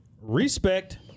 respect